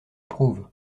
prouvent